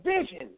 vision